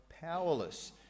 powerless